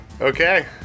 Okay